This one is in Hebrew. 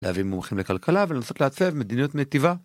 להביא מומחים לכלכלה ולנסות לעצב מדיניות מטיבה.